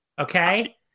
Okay